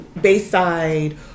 Bayside